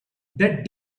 that